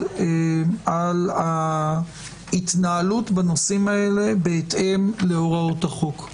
על ההתנהלות בנושאים האלה בהתאם להוראות החוק.